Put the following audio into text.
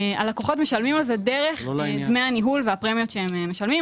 אלה הלקוחות דרך דמי הניהול והפרמיות שהם משלמים.